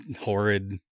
horrid